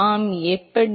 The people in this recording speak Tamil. ஆம் எப்படி